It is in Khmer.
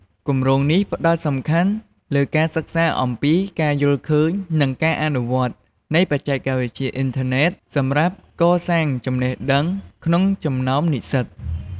គម្រោងនេះផ្តោតសំខាន់លើការសិក្សាអំពី ការយល់ឃើញ និង ការអនុវត្ត នៃបច្ចេកវិទ្យាអ៊ីនធឺណេត សម្រាប់ការកសាងចំណេះដឹងក្នុងចំណោមនិស្សិត។